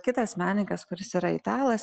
kitas menininkas kuris yra italas